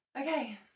okay